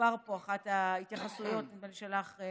דובר באחת ההתייחסויות, נדמה לי שלך,